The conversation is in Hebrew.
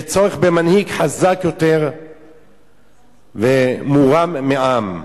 יהיה צורך במנהיג חזק יותר ומורם מעם.